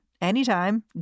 anytime